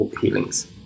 healings